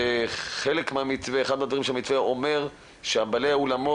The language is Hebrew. שאחד מהדברים שהמתווה אומר שבעלי האולמות